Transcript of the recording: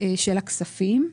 של הכספים.